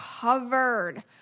covered